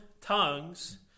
tongues